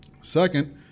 Second